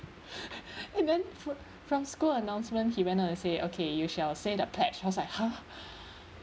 and then fro~ from school announcements he went on to say okay you shall say the pledge I was like !huh!